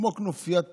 כמו כנופיית פושעים,